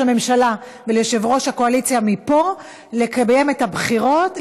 הממשלה וליושב-ראש הקואליציה מפה לקיים את הבחירות,